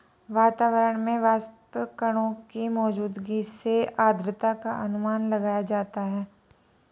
वातावरण में वाष्पकणों की मौजूदगी से आद्रता का अनुमान लगाया जाता है